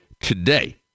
Today